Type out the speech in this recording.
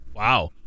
Wow